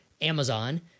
Amazon